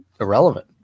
irrelevant